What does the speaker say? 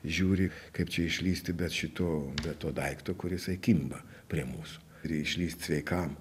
žiūri kaip čia išlįsti bet šito to daikto kur isai kimba prie mūsų ir išlįst sveikam